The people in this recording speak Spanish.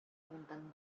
juntan